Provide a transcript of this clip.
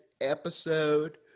episode